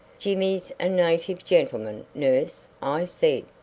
jimmy's a native gentleman, nurse, i said.